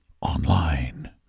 online